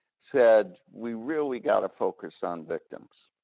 said, we really gotta focus on victims,